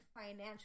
financial